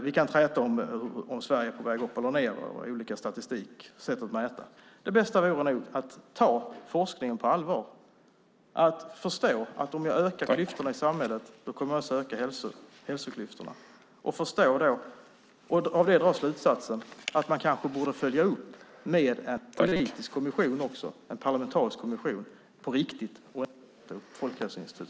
Vi kan träta om ifall Sverige är på väg upp eller ned i olika statistiker och sätt att mäta, men det bästa vore om Maria Larsson tog forskningen på allvar och förstod att om hon ökar klyftorna i samhället kommer hon också att öka hälsoklyftorna. Av detta kunde hon sedan dra slutsatsen att man kanske borde följa upp med en politisk parlamentarisk kommission på riktigt.